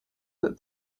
that